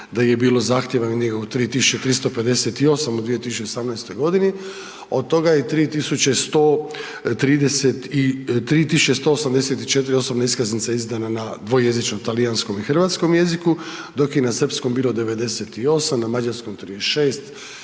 da je bilo zahtjeva negdje 3 358 u 2018. g., od toga je 3 184 osobne iskaznice izdana na dvojezičnom talijanskom i hrvatskom jeziku, dok je na srpskom bilo 98, na mađarskom 36,